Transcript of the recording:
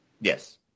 Yes